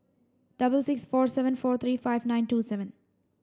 double six four seven four three five nine two seven